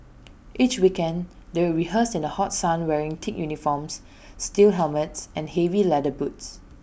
each weekend they would rehearse in the hot sun wearing thick uniforms steel helmets and heavy leather boots